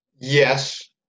Yes